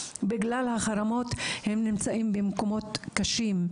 בגלל החרמות הם נמצאים במקומות קשים,